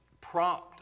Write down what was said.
prompt